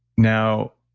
now